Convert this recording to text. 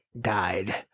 died